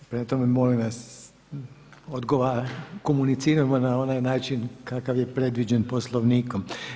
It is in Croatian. Prema tome molim vas, komuniciramo na onaj način kakav je predviđen Poslovnikom.